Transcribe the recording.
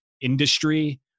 industry